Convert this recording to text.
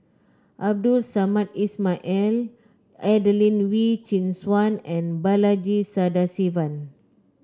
Abdul Samad Ismail and Adelene Wee Chin Suan and Balaji Sadasivan